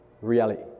reality